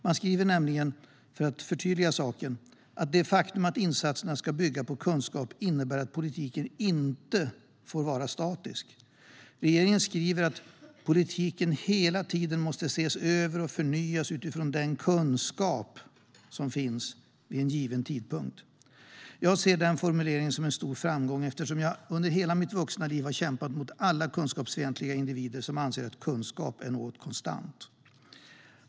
Man skriver nämligen, för att förtydliga saken, att det faktum att insatserna ska bygga på kunskap innebär att politiken inte får vara statisk. Regeringen skriver att politiken hela tiden måste ses över och förnyas utifrån den kunskap som finns vid en given tidpunkt. Jag ser den formuleringen som en stor framgång eftersom jag under hela mitt vuxna liv har kämpat mot alla de kunskapsfientliga individer som anser att kunskap är något konstant.